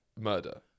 murder